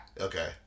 Okay